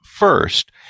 first